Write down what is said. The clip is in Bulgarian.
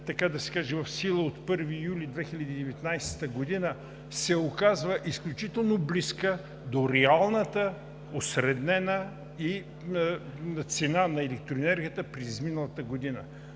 така да се каже, в сила от 1 юли 2019 г., се оказва изключително близка до реалната осреднена цена на електроенергията през изминалата година.